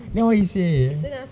then what did he say